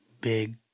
big